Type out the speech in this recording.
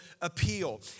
appeal